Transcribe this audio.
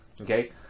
okay